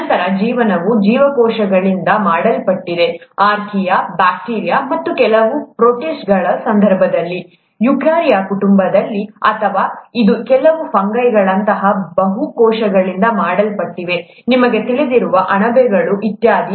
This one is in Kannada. ನಂತರ ಜೀವನವು ಜೀವಕೋಶಗಳಿಂದ ಮಾಡಲ್ಪಟ್ಟಿದೆ ಆರ್ಕಿಯಾ ಬ್ಯಾಕ್ಟೀರಿಯಾ ಮತ್ತು ಕೆಲವು ಪ್ರೋಟಿಸ್ಟ್ಗಳ ಸಂದರ್ಭದಲ್ಲಿ ಯುಕಾರ್ಯ ಕುಟುಂಬದಲ್ಲಿ ಅಥವಾ ಇದು ಕೆಲವು ಫಂಗೈಗಳಂತಹ ಬಹು ಕೋಶಗಳಿಂದ ಮಾಡಲ್ಪಟ್ಟಿದೆ ನಿಮಗೆ ತಿಳಿದಿರುವ ಅಣಬೆಗಳು ಇತ್ಯಾದಿ